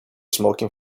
smoking